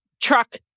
truck